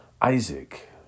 Isaac